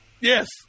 Yes